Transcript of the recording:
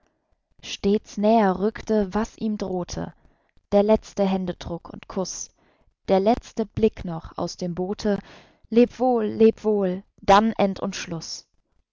stets näher rückte was ihm drohte der letzte händedruck und kuß der letzte blick noch aus dem boote lebwohl lebwohl dann end und